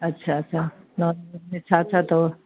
अच्छा अच्छा non veg में छा छा अथव